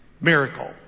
miracle